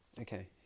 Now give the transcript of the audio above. Okay